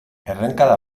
errenkada